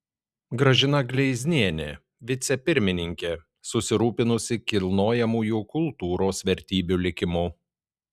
gražina gleiznienė vicepirmininkė susirūpinusi kilnojamųjų kultūros vertybių likimu